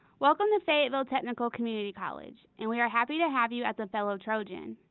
welcome to fayetteville technical community college and we are happy to have you as a fellow trojan.